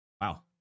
wow